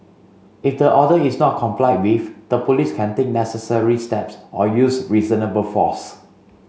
if the order is not complied with the Police can take necessary steps or use reasonable force